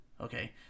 Okay